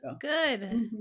good